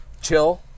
Chill